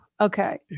Okay